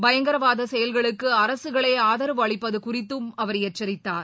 பயங்கரவாதசெயல்களுக்குஅரசுகளேஆதரவு அளிப்பதுகுறித்தும் அவர் எச்சரித்தார்